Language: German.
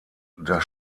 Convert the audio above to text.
das